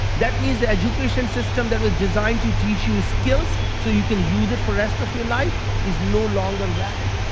that means the education system that was designed to teach you skills, so you can use it for rest of your life is no longer valid.